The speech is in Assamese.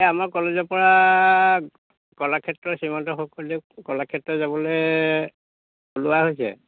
এই আমাৰ কলেজৰপৰা কলাক্ষেত্ৰ শ্ৰীমন্ত শংকৰদেৱ কলাক্ষেত্ৰ যাবলৈ ওলোৱা হৈছে